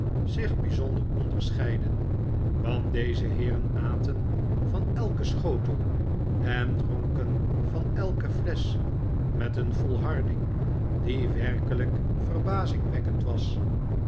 zich bijzonder onderscheidden want deze heeren aten van elken schotel en dronken van elke flesch met een volharding die werkelijk verbazingwekkend was